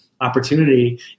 opportunity